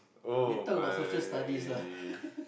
oh my~